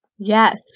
yes